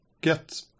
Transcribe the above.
get